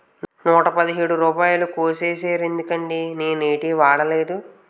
నూట పదిహేడు రూపాయలు కోసీసేరెందుకండి నేనేటీ వోడనేదే